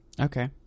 okay